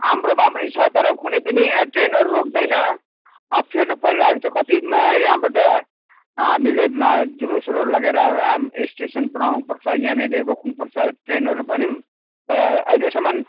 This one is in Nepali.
हाम्रोमा पनि छ तर कुनै पनि ट्रेनहरू रोक्दैन अप्ठ्यारो परिरहेको छ कति यहाँबाट हामीले जुलुसहरू लगेर हामी स्टेसन बनाउनुपर्छ यहाँनिर रोक्नुपर्छ ट्रेनहरू भन्यौँ तर अहिलेसम्म